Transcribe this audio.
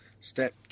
Step